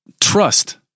Trust